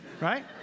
right